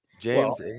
James